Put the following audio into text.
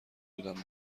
بودم